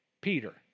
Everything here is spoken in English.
Peter